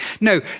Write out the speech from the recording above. No